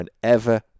whenever